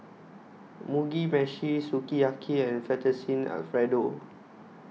Mugi Meshi Sukiyaki and Fettuccine Alfredo